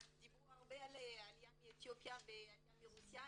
דיברו הרבה על עלייה מאתיופיה ועלייה מרוסיה.